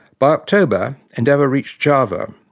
by october endeavour reached java,